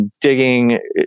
Digging